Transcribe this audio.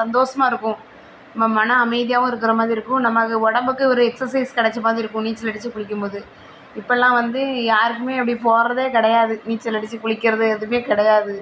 சந்தோஸமாக இருக்கும் நம் மன அமைதியாகவும் இருக்கிற மாதிரி இருக்கும் நம்ம அது உடம்புக்கு ஒரு எக்ஸசைஸ் கிடச்ச மாதிரி இருக்கும் நீச்சல் அடிச்சு குளிக்கும் போது இப்போல்லாம் வந்து யாருக்குமே அப்படி போகறதே கிடையாது நீச்சல் அடிச்சு குளிக்கிறது எதுவுமே கிடையாது